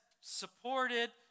supported